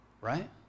Right